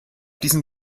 diesen